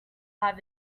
have